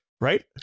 Right